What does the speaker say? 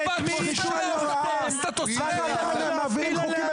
אני רוצה שהייעוץ המשפטי יגיד מה קורה עם הצעות למועמדות לקבל ג'ובים?